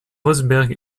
rosberg